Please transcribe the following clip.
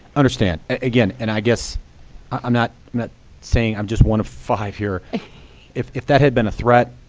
understand. again, and i guess i'm not saying i'm just one of five here if if that had been a threat,